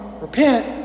repent